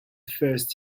first